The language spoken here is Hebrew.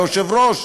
היושב-ראש.